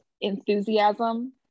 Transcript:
enthusiasm